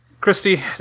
Christy